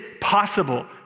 possible